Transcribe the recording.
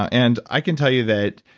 and i can tell you that,